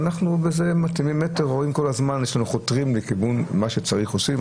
בזה אנחנו חותרים לכיוון שמה שצריך עושים,